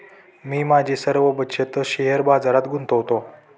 मी माझी सर्व बचत शेअर बाजारात गुंतवतो